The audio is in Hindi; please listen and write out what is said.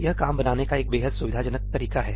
यह काम बनाने का एक बेहद सुविधाजनक तरीका है